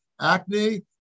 acne